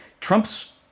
Trump's